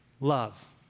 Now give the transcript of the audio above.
Love